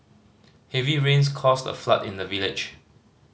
heavy rains caused a flood in the village